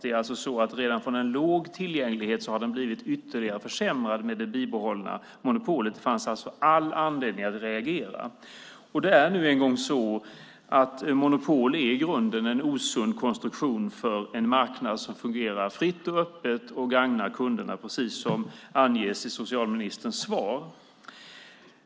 Det är alltså så att en redan liten tillgänglighet har blivit ytterligare försämrad med det bibehållna monopolet. Det fanns alltså all anledning att reagera. Det är nu en gång så att monopol i grunden är en osund konstruktion för en marknad som fungerar fritt och öppet och gagnar kunderna precis som anges i socialministerns svar.